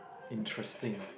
interesting